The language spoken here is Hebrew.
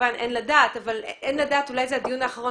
כמובן אין לדעת ואולי זה הדיון האחרון